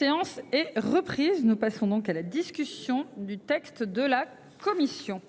Séance est reprise nous passons donc à la discussion du texte de la commission.